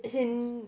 as in